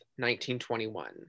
1921